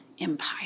empire